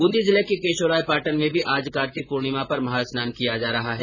ब्रंदी जिले के केशोरायपाटन में भी आज कार्तिक पूर्णिमा पर महास्नान किया जा रहा है